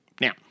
Now